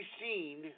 seen